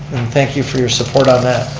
thank you for your support on that.